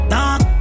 Dark